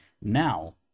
now